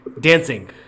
dancing